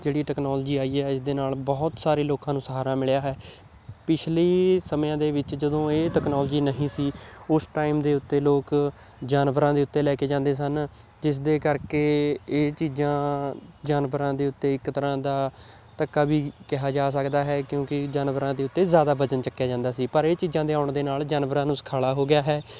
ਜਿਹੜੀ ਟੈਕਨੋਲੋਜੀ ਆਈ ਹੈ ਇਸ ਦੇ ਨਾਲ਼ ਬਹੁਤ ਸਾਰੇ ਲੋਕਾਂ ਨੂੰ ਸਹਾਰਾ ਮਿਲਿਆ ਹੈ ਪਿਛਲੇ ਸਮਿਆਂ ਦੇ ਵਿੱਚ ਜਦੋਂ ਇਹ ਟੈਕਨੋਲੋਜੀ ਨਹੀਂ ਸੀ ਉਸ ਟਾਈਮ ਦੇ ਉੱਤੇ ਲੋਕ ਜਾਨਵਰਾਂ ਦੇ ਉੱਤੇ ਲੈ ਕੇ ਜਾਂਦੇ ਸਨ ਜਿਸ ਦੇ ਕਰਕੇ ਇਹ ਚੀਜ਼ਾਂ ਜਾਨਵਰਾਂ ਦੇ ਉੱਤੇ ਇੱਕ ਤਰ੍ਹਾਂ ਦਾ ਧੱਕਾ ਵੀ ਕਿਹਾ ਜਾ ਸਕਦਾ ਹੈ ਕਿਉਂਕਿ ਜਾਨਵਰਾਂ ਦੇ ਉੱਤੇ ਜ਼ਿਆਦਾ ਵਜ਼ਨ ਚੱਕਿਆ ਜਾਂਦਾ ਸੀ ਪਰ ਇਹ ਚੀਜ਼ਾਂ ਦੇ ਆਉਣ ਦੇ ਨਾਲ਼ ਜਾਨਵਰਾਂ ਨੂੰ ਸੁਖਾਲ਼ਾ ਹੋ ਗਿਆ ਹੈ